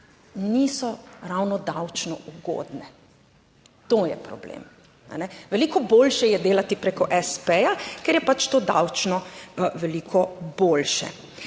niso ravno davčno ugodne. To je problem. Veliko boljše je delati preko espeja, ker je pač to davčno veliko boljše.